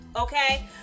okay